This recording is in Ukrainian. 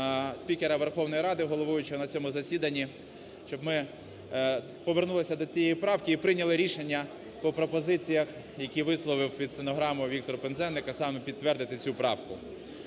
спікера Верховної Ради, головуючому на цьому засіданні, щоб ми повернулися до цієї правки і прийняли рішення по пропозиціях, які висловив під стенограму Віктор Пинзеник, а саме підтвердити цю правку.